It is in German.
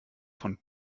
von